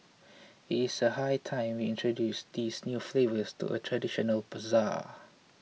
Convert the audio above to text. it's a high time we introduce these new flavours to a traditional bazaar